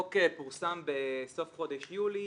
החוק פורסם בסוף חודש יולי.